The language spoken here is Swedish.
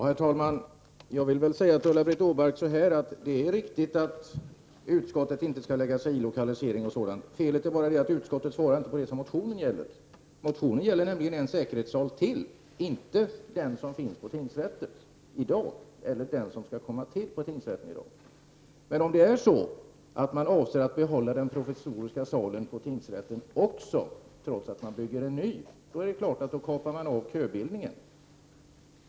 Herr talman! Jag vill säga till Ulla-Britt Åbark att det är riktigt att utskottet inte skall lägga sig i lokalisering o.d. Felet är bara att utskottet inte svarar på det som motionen gäller. Motionen gäller nämligen en säkerhetssal till, inte den som finns på tingsrätten i dag, eller den som nu skall tillkomma på tingsrätten. Om man avser att behålla den provisoriska salen på tingsrätten också, trots att man bygger en ny sal, är det klart att man kapar av köbildningen.